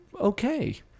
okay